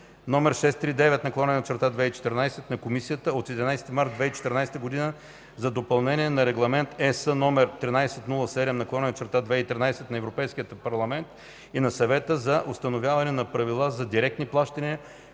№ 639/2014 на Комисията от 11 март 2014 г. за допълнение на Регламент (ЕС) № 1307/2013 на Европейския парламент и на Съвета за установяване на правила за директни плащания